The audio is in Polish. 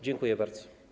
Dziękuję bardzo.